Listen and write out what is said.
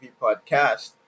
podcast